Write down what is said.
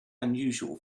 unusual